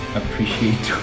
appreciate